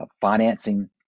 financing